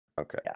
Okay